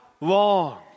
long